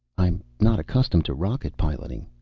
i'm not accustomed to rocket piloting,